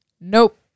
nope